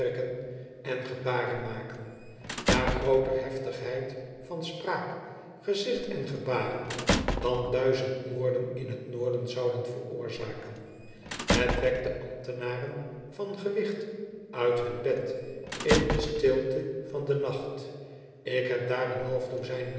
en gebaren maken jagrooter heftigheid van spraak gezicht en gebaren dan duizend moorden in t noorden zouden veroorzaken het wekte ambtenaren van gewicht uit hun bed in de stilte van den nacht ik heb daar een half